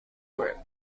group